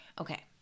Okay